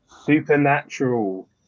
supernatural